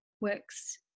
works